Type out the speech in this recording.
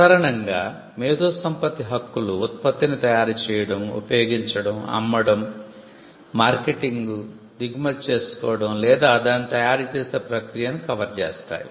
సాధారణంగా మేధో సంపత్తి హక్కులు ఉత్పత్తిని తయారు చేయడం ఉపయోగించడం అమ్మడం మార్కెటింగ్ దిగుమతి చేసుకోవడం లేదా దానిని తయారు చేసే ప్రక్రియని కవర్ చేస్తాయి